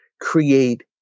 create